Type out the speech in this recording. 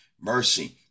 mercy